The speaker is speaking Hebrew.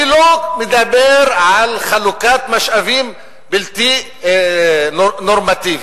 אני לא מדבר על חלוקת משאבים בלתי נורמטיבית.